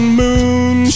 moon